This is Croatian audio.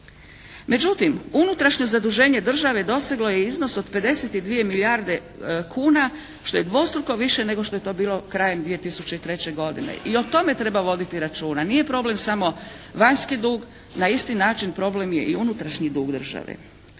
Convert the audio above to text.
Međutim unutrašnje zaduženje države doseglo je iznos od 52 milijarde kuna što je dvostruko više nego što je to bilo krajem 2003. godine. I o tome treba voditi računa. Nije problem samo vanjski dug. Na isti način problem je i unutrašnji dug države.